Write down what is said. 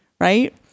right